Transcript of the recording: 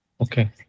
okay